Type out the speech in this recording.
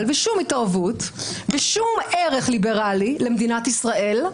ושום התערבות ושום ערך ליברלי למדינת ישראל,